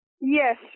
Yes